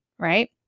Right